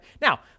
Now